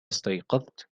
استيقظت